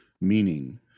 meaning